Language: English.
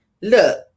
Look